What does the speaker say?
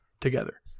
together